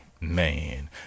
man